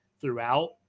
throughout